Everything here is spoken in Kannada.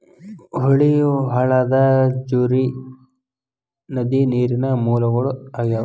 ಹೊಳಿ, ಹೊಳಡಾ, ಝರಿ, ನದಿ ನೇರಿನ ಮೂಲಗಳು ಆಗ್ಯಾವ